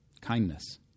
kindness